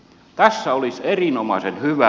tässä olisi erinomaisen hyvä